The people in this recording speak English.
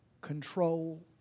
control